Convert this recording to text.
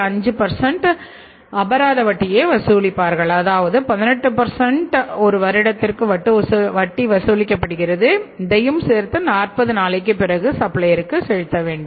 5 அபராத வட்டியை வசூலிப்பார்கள் அதாவது 18 ஒரு வருடத்திற்கு வட்டி வசூலிக்கப்படுகிறது இதையும் சேர்த்து 40 நாளைக்குப் பிறகு சப்ளையர்க்கு செலுத்த வேண்டும்